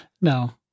No